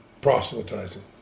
proselytizing